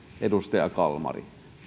edustaja kalmari